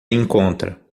encontra